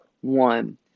one